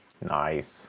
Nice